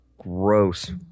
gross